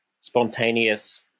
spontaneous